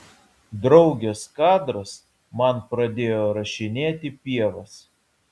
draugės kadras man pradėjo rašinėti pievas